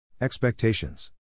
Expectations